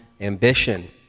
ambition